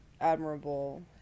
admirable